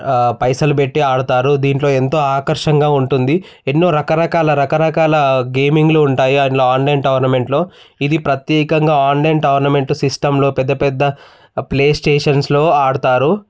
పైసలు పెట్టి ఆడతారు దీంట్లో ఎంతో ఆకర్షంగా ఉంటుంది ఎన్నో రకరకాల రకరకాల గేమింగ్లు ఉంటాయి అండ్ల ఆన్లైన్ టోర్నమెంట్లో ఇది ప్రత్యేకంగా ఆన్లైన్ టోర్నమెంట్ సిస్టంలో పెద్ద పెద్ద ప్లే స్టేషన్స్లో ఆడతారు